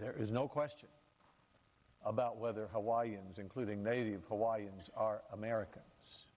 there is no question about whether hawaiians including native hawaiian american